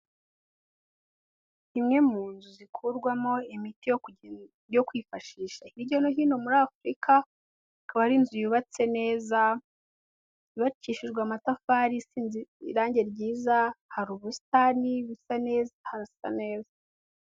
Imwe mu nzu zikurwamo imiti yo kwifashisha hirya no hino muri Afurika, akaba ari inzu yubatse neza, yubakishijwe amatafari, isize irange ryiza, hari ubusitani busa neza, harasa neza.